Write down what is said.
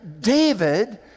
David